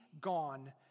gone